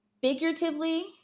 figuratively